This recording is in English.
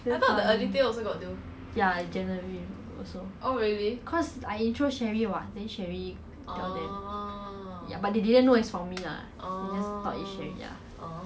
damn funny ya january also cause I intro sherri [what] then sherri tell them ya but they didn't know it's from me lah just thought it's sherri ya